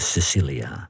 Cecilia